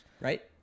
right